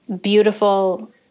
beautiful